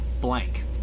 blank